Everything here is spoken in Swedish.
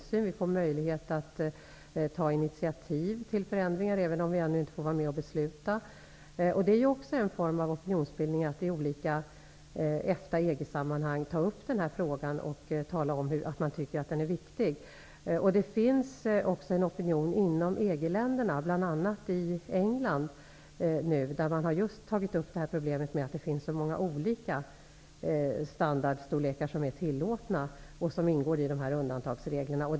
Vi kommer även att få möjlighet till att ta initiativ till förändringar, även om vi ännu inte får vara med om att fatta beslut. Det är också en form av opinionsbildning att i olika EFTA och EG sammanhang ta upp den här frågan och samtidigt tala om att man tycker att den är viktig. Inom EG-länderna, bl.a. i England, finns det också en opinion mot att det finns så många olika standardstorlekar, som ingår i undantagsreglerna.